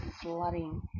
flooding